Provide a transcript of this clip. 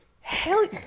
hell